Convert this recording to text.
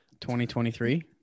2023